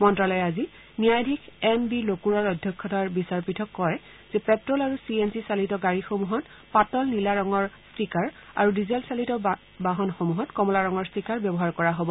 মন্ত্ৰালয়ে আজি ন্যায়াধীশ এম বি লোকূৰৰ অধ্যক্ষতাৰ বিচাৰপীঠক কয় যে পেট ল আৰু চি এন জি চালিত গাড়ীসমূহত পাতল নীলা ৰঙৰ হোলোগ্ৰামৰ ষ্টিকাৰ আৰু ডিজেল চালিত যানবাহনসমূহত কমলা ৰঙৰ ষ্টিকাৰ ব্যৱহাৰ কৰা হ'ব